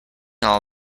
all